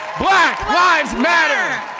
black lives matter.